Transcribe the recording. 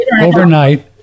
overnight